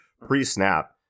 Pre-snap